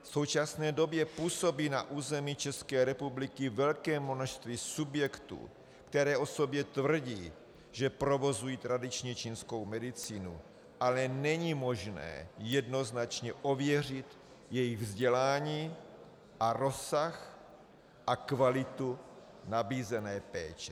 V současné době působí na území České republiky velké množství subjektů, které o sobě tvrdí, že provozují tradiční čínskou medicínu, ale není možné jednoznačně ověřit jejich vzdělání a rozsah a kvalitu nabízené péče.